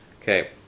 Okay